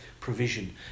provision